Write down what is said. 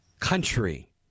country